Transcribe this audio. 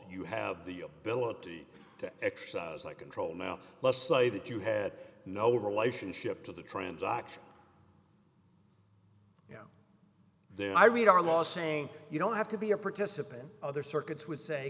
you have the ability to exercise like control now let's say that you had no relationship to the transaction you know there i read our law saying you don't have to be a participant other circuits would say